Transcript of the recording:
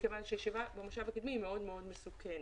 מכיוון שישיבה במושב הקדמי היא מאוד מאוד מסוכנת,